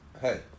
Hey